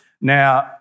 Now